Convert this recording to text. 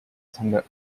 tender